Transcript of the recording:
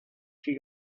she